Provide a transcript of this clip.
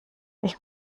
ich